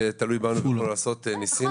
שתלוי בנו לעשות ניסינו.